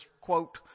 quote